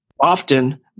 often